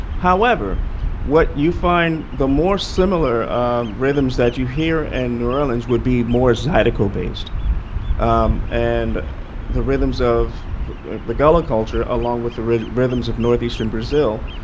however what you find the more similar um rhythms that you hear in and new orleans would be more zydeco based um and the rhythms of the gullah culture along with the rhythms of northeastern brazil.